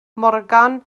morgan